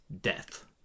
death